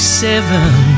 seven